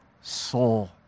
soul